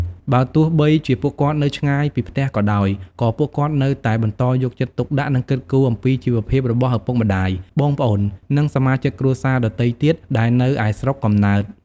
បើទោះបីជាពួកគាត់នៅឆ្ងាយពីផ្ទះក៏ដោយ ក៏ពួកគាត់នៅតែបន្តយកចិត្តទុកដាក់ និងគិតគូរអំពីជីវភាពរបស់ឪពុកម្ដាយ បងប្អូន និងសមាជិកគ្រួសារដទៃទៀតដែលនៅឯស្រុកកំណើត។